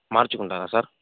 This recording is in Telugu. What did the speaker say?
మార్చుకుంటారా సార్